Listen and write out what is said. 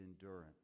endurance